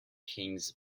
kings